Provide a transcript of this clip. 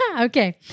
Okay